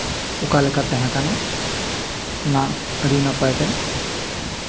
ᱚᱠᱟ ᱞᱮᱠᱟ ᱛᱟᱦᱮᱸ ᱠᱟᱱᱟ ᱚᱱᱟ ᱟᱹᱰᱤ ᱱᱟᱯᱟᱭᱛᱮ